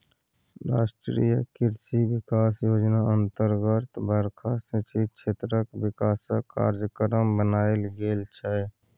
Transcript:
राष्ट्रीय कृषि बिकास योजना अतर्गत बरखा सिंचित क्षेत्रक बिकासक कार्यक्रम बनाएल गेल छै